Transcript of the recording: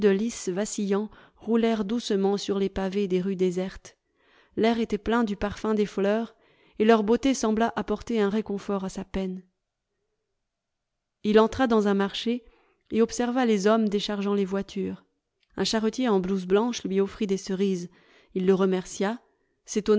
vacillants roulèrent doucement sur les pavés des rues désertes l'air était plein du parfum des fleurs et leur beauté sembla apporter un réconfort à sa peine il entra dans un marché et observa les hommes déchargeant les voitures un charretier en blouse blanche lui offrit des cerises il le remercia